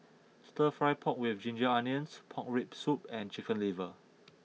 Stir Fry Pork with Ginger Onions Pork Rib Soup and Chicken Liver